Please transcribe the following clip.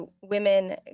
women